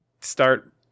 start